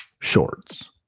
shorts